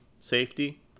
Safety